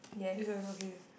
okay